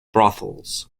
brothels